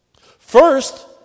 First